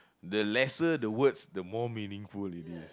the lesser the words the more meaningful it is